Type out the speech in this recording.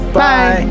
Bye